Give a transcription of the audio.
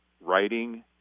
writing